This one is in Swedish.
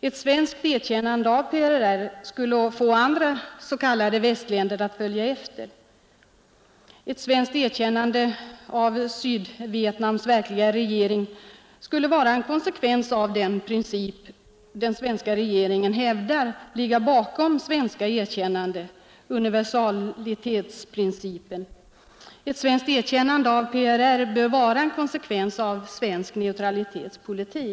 Ett svenskt erkännande av PRR skulle få andra s.k. västländer att följa efter. Ett svenskt erkännande av Sydvietnams verkliga regering skulle vara en konsekvens av den princip som den svenska regeringen hävdar ligger bakom svenska erkännanden, universalitetsprincipen. Ett svenskt erkännande av PRR bör vara en konsekvens av svensk neutralitetspolitik.